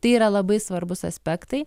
tai yra labai svarbūs aspektai